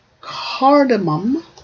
cardamom